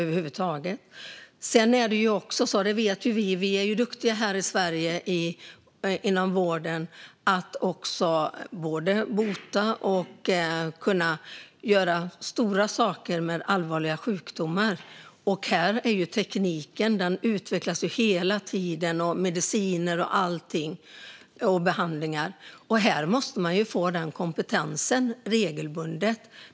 Vi är i Sverige duktiga inom vården på att också bota och göra stora saker med allvarliga sjukdomar. Tekniken utvecklas ju hela tiden, mediciner, behandlingar och så vidare. Här måste man få kompetensen regelbundet.